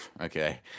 okay